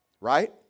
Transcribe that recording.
right